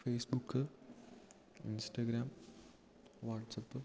Facebook Instagram WhatsApp